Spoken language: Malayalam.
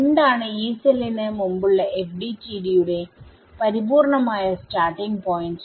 എന്താണ് Yee സെല്ലിന് മുമ്പുള്ള FDTD യുടെ പരിപൂർണമായ സ്റ്റാർട്ടിങ് പോയിന്റ്